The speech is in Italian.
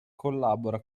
collabora